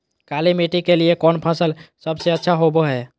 काली मिट्टी के लिए कौन फसल सब से अच्छा होबो हाय?